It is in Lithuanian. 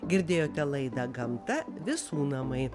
girdėjote laidą gamta visų namai